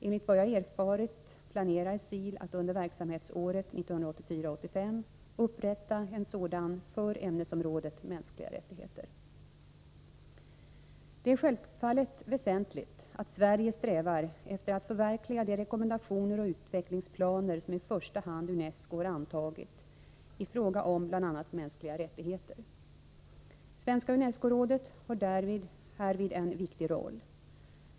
Enligt vad jag erfarit planerar SIL att under verksamhetsåret 1984/85 upprätta en sådan för ämnesområdet mänskliga rättigheter. Det är självfallet väsentligt att Sverige strävar efter att förverkliga de rekommendationer och utvecklingsplaner som i första hand UNESCO har antagit i fråga om bl.a. mänskliga rättigheter. Svenska UNESCO-rådet har härvid en viktig roll.